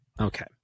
Okay